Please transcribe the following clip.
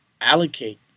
allocate